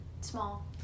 small